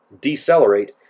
decelerate